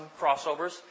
crossovers